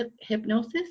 hypnosis